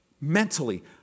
mentally